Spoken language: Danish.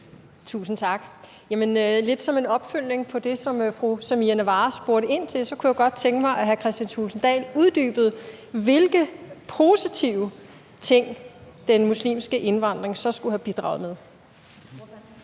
Tusind tak. Lidt som en opfølgning på det, som fru Samira Nawa spurgte ind til, kunne jeg godt tænke mig, at hr. Kristian Thulesen Dahl uddybede, hvilke positive ting den muslimske indvandring så skulle have bidraget med.